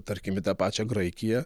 tarkim į tą pačią graikiją